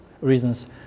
reasons